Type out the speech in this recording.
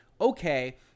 okay